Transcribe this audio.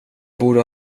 borde